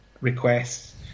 requests